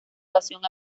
pasión